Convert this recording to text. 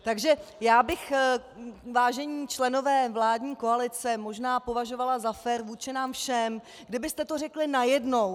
Takže já bych, vážení členové vládní koalice, možná považovala za fér vůči nám všem, kdybyste to řekli najednou.